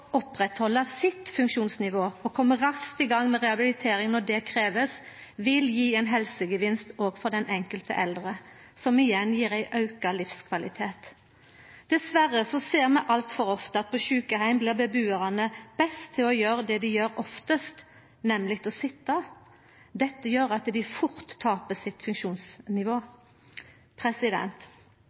sitt funksjonsnivå og koma raskt i gang med rehabilitering når det krevst, vil gje ein helsegevinst òg for den enkelte eldre, og dermed auka livskvalitet. Dessverre ser vi altfor ofte at på sjukeheimen blir bebuarane best til å gjera det dei gjer oftast, nemleg å sitja. Dette gjer at dei fort tapar sitt funksjonsnivå.